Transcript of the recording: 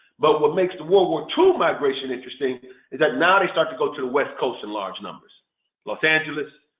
but what makes the world war two migration interesting is that now they start to go to the west coast in large numbers los angeles,